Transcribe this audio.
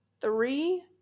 Three